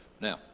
Now